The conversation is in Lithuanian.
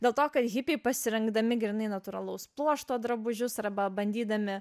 dėl to kad hipiai pasirinkdami grynai natūralaus pluošto drabužius arba bandydami